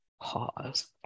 pause